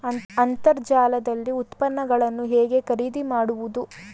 ಅಂತರ್ಜಾಲದಲ್ಲಿ ಉತ್ಪನ್ನಗಳನ್ನು ಹೇಗೆ ಖರೀದಿ ಮಾಡುವುದು?